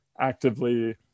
actively